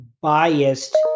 biased